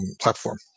platform